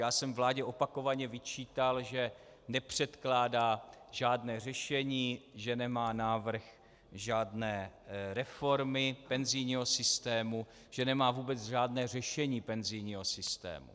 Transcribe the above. Já jsem vládě opakovaně vyčítal, že nepředkládá žádné řešení, že nemá návrh žádné reformy, penzijního systému, že nemá vůbec žádné řešení penzijního systému.